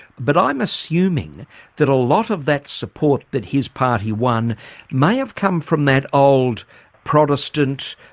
but i'm assuming that a lot of that support that his party won may have come from that old protestant,